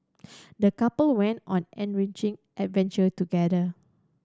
the couple went on an enriching adventure together